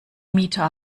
mieter